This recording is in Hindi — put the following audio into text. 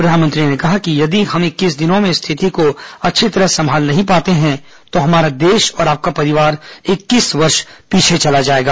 प्रधानमंत्री ने कहा कि यदि हम इक्कीस दिनों में स्थिति को अच्छी तरह संभाल नहीं पाते हैं तो हमारा देश और आपका परिवार इक्कीस वर्ष पीछे चला जाएगा